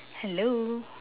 hello